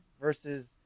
versus